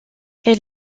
elle